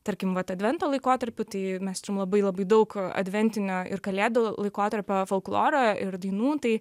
tarkim vat advento laikotarpiu tai mes turim labai labai daug adventinio ir kalėdų laikotarpio folkloro ir dainų tai